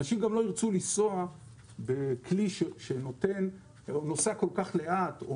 אנשים גם לא ירצו לנסוע בכלי שנוסע כל כך לאט,